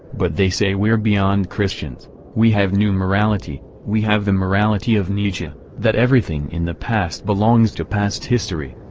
but they say we're beyond christians we have new morality, we have the morality of nietzsche, that everything in the past belongs to past history.